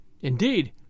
Indeed